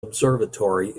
observatory